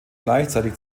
gleichzeitig